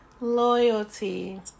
loyalty